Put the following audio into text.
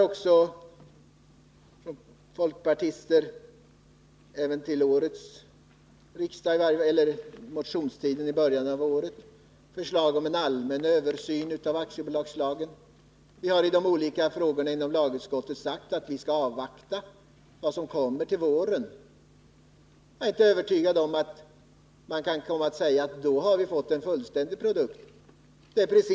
Också under den allmänna motionstiden i början av året väckte folkpartister förslag om en allmän översyn av aktiebolagslagen. När de olika frågorna behandlats inom lagutskottet har vi sagt att vi skall avvakta den proposition som kommer att läggas fram till våren. Jag är inte övertygad om att man då kan komma att säga att vi har fått en fullständig produkt.